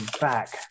back